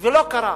ולא קרה.